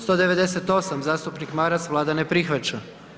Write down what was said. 198. zastupnik Maras, Vlada ne prihvaća.